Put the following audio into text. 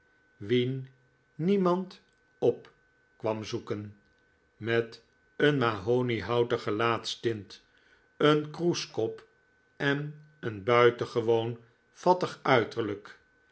wien niemand op kwam zoeken met een mahoniehouten gelaatstint een kroeskop en een buitengewoon fattig uiterlijk